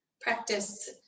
practice